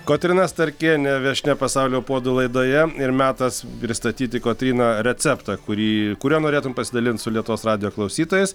kotryna starkienė viešnia pasaulio puodų laidoje ir metas pristatyti kotryna receptą kurį kuriuo norėtume pasidalint su lietuvos radijo klausytojais